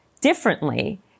differently